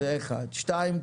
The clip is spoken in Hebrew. שתיים,